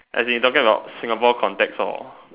as if you're talking about Singapore contacts or